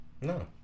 No